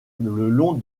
long